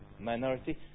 Minority